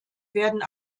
werden